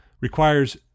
requires